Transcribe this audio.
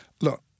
look